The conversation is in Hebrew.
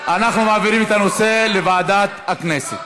אנחנו מעבירים את הנושא לוועדת הכנסת,